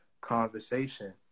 conversation